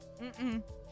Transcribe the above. Mm-mm